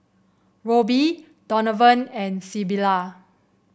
Roby Donovan and Sybilla